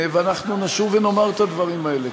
אנחנו נשוב ונאמר את הדברים האלה,